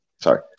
Sorry